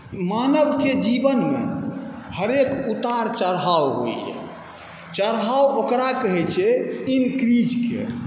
मानवके जीवनमे हरेक उतार चढ़ाव होइए चढ़ाव ओकरा कहै छै इन्क्रीजके